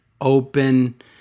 open